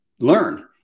learn